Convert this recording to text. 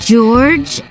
George